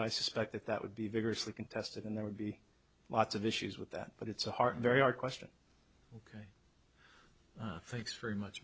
i suspect that that would be vigorously contested and there would be lots of issues with that but it's a hard very hard question thanks very much